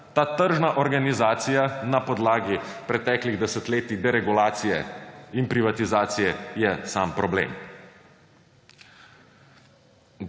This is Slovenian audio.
Ta tržna organizacija na podlagi preteklih desetletij deregulacije in privatizacije je sam problem.